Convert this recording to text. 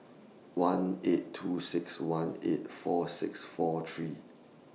one eight two six one eight four six four three